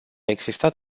existat